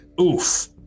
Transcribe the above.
Oof